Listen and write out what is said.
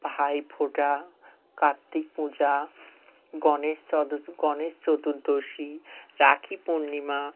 ভাইফোঁটা কার্তিক পূজা গণেশ চত গণেশ চতুর্দশী রাখি পূর্ণিমা